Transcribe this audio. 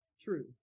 true